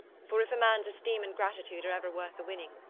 for if a man's esteem and gratitude are ever worth the winning,